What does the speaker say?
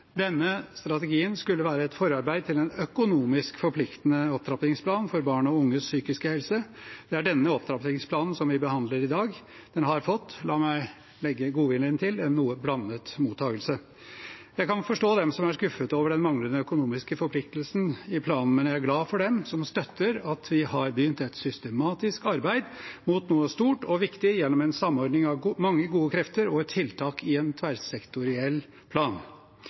Denne strategien skulle være et forarbeid til en økonomisk forpliktende opptrappingsplan for barn og unges psykiske helse. Det er denne opptrappingsplanen vi behandler i dag. Den har fått – la meg legge godviljen til – en noe blandet mottagelse. Jeg kan forstå dem som er skuffet over den manglende økonomiske forpliktelsen i planen, men jeg er glad for dem som støtter at vi har begynt et systematisk arbeid mot noe stort og viktig gjennom en samordning av mange gode krefter og tiltak i en tverrsektoriell plan.